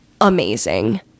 amazing